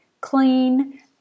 clean